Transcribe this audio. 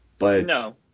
No